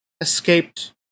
escaped